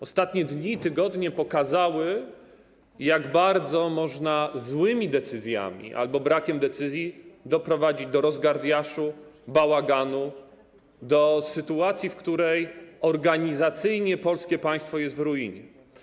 Ostatnie dni i tygodnie pokazały, jak bardzo można złymi decyzjami albo brakiem decyzji doprowadzić do rozgardiaszu, bałaganu, do sytuacji, w której organizacyjnie polskie państwo jest w ruinie.